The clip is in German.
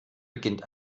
beginnt